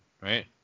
right